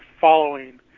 Following